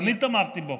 תמיד תמכתי בו,